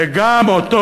וגם אותו,